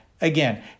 again